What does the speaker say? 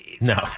no